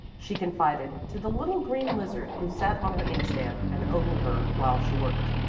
she confided to the little green lizard who sat on her inkstand and ogled her while she worked.